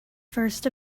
first